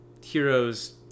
Heroes